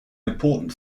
important